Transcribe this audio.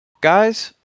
guys